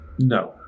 No